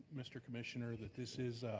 mr. commissioner, that this is,